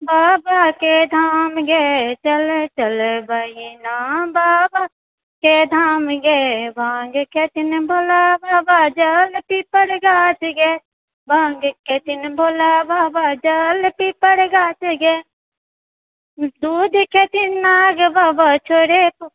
बाबाके धाम ये चलऽ चलऽ बहिना बाबाके धाम ये भाँग खेथिन भोला बाबा जल पिपर गाछ ये भाँग खेथिन भोला बाबा जल पिपर गाछ ये दूध खेथिन नाग बाबा छोड़े फुफकार ये